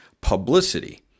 publicity